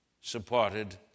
supported